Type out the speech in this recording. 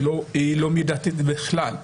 הן לא מידתיות בכלל.